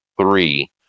three